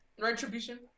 Retribution